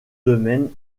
domaine